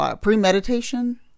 premeditation